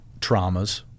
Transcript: traumas